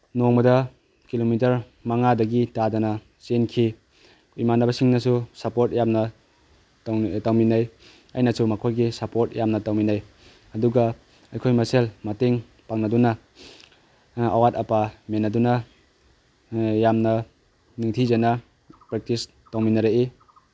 ꯅꯣꯡꯃꯗ ꯀꯤꯂꯣꯃꯤꯇꯔ ꯃꯉꯥꯗꯒꯤ ꯇꯥꯗꯅ ꯆꯦꯟꯈꯤ ꯏꯃꯥꯟꯅꯕꯁꯤꯡꯅꯁꯨ ꯁꯄꯣꯔꯠ ꯌꯥꯝꯅ ꯇꯧꯃꯤꯟꯅꯩ ꯑꯩꯅꯁꯨ ꯃꯈꯣꯏꯒꯤ ꯁꯄꯣꯔꯠ ꯌꯥꯝꯅ ꯇꯧꯃꯤꯟꯅꯩ ꯑꯗꯨꯒ ꯑꯩꯈꯣꯏ ꯃꯁꯦꯜ ꯃꯇꯦꯡ ꯄꯥꯡꯅꯗꯨꯅ ꯑꯋꯥꯠ ꯑꯄꯥ ꯃꯦꯟꯅꯗꯨꯅ ꯌꯥꯝꯅ ꯅꯤꯡꯊꯤꯖꯅ ꯄ꯭ꯔꯦꯛꯇꯤꯁ ꯇꯧꯃꯤꯟꯅꯔꯛꯏ